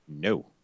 No